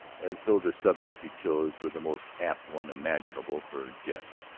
as though the subject he chose were the most apt one imaginable for jest.